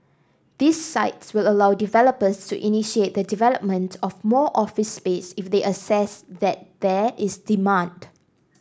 these sites will allow developers to initiate the development of more office space if they assess that there is demand